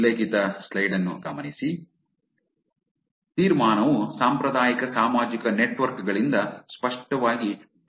ಆದ್ದರಿಂದ ತೀರ್ಮಾನವು ಸಾಂಪ್ರದಾಯಿಕ ಸಾಮಾಜಿಕ ನೆಟ್ವರ್ಕ್ಗಳಿಂದ ಸ್ಪಷ್ಟವಾಗಿ ಭಿನ್ನವಾಗಿದೆ